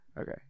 okay